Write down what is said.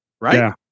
right